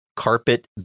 Carpet